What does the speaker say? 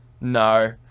no